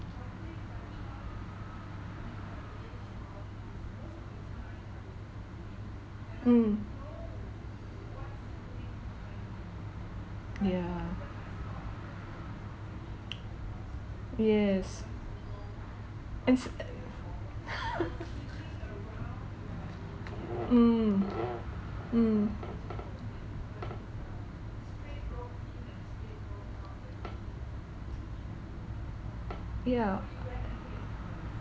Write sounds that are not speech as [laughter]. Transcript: mm yeah yes and s~ and [laughs] mm mm yeah